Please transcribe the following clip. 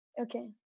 Okay